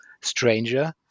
Stranger